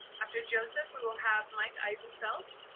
after joseph, we will have mike eisenfeld.